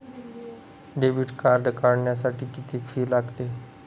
Debit card काढण्यासाठी किती fee लागते?